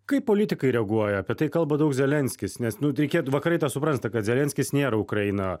kaip politikai reaguoja apie tai kalba daug zelenskis nes vakarai tą supranta kad zelenskis nėra ukraina